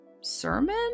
sermon